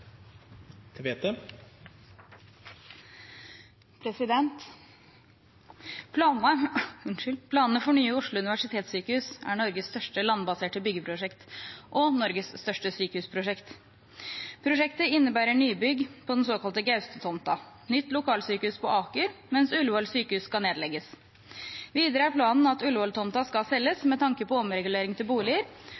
saken tilbake til behandling i Stortinget. Nye Oslo universitetssykehus, som det er planer for, er Norges største landbaserte byggeprosjekt og Norges største sykehusprosjekt. Prosjektet innebærer nybygg på den såkalte Gaustad-tomta, nytt lokalsykehus på Aker, mens Ullevål sykehus skal nedlegges. Videre er planen at Ullevål-tomta skal